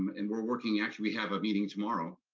and we're working, actually we have a meeting tomorrow,